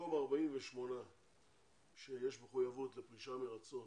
במקום 48 שיש מחויבות לפרישה מרצון,